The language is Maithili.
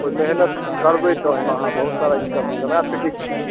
ओ मेहनति करबै तऽ एहिमे अहाँ बहुत सारा इनकम कमा सकै छी